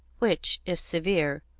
which, if severe,